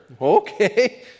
okay